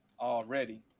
Already